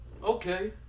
Okay